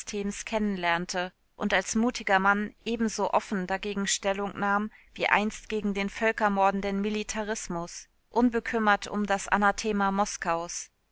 lernte und als mutiger mann ebenso offen dagegen stellung nahm wie einst gegen den völkermordenden militarismus unbekümmert um das anathema moskaus